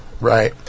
Right